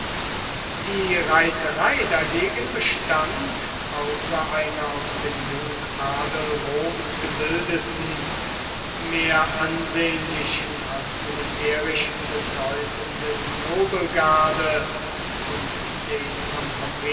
die reiterei dagegen bestand außer einer aus dem jungen adel roms gebildeten mehr ansehnlichen als militärisch bedeutenden nobelgarde und den von